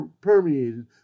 permeated